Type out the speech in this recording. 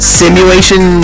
simulation